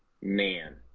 man